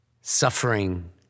suffering